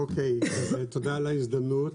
אוקיי, תודה על ההזדמנות.